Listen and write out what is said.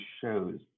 shows